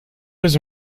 was